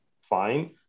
fine